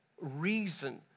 reason